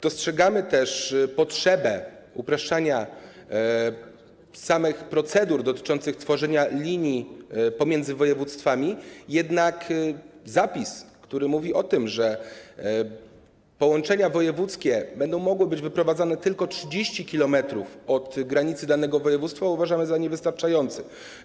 Dostrzegamy też potrzebę upraszczania procedur dotyczących tworzenia linii pomiędzy województwami, jednak zapis, który mówi o tym, że połączenia wojewódzkie będą mogły być wyprowadzane tylko 30 km od granicy danego województwa, uważamy za niewystarczający.